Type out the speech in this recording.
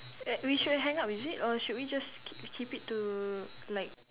at we should hang up is it or should we just ke~ keep it to like